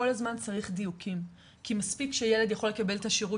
כל הזמן צריך דיוקים כי מספיק שילד יכול לקבל את השירות